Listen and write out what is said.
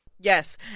Yes